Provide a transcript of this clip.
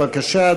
בבקשה,